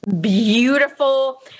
beautiful